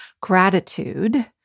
gratitude